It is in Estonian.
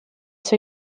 see